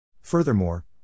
Furthermore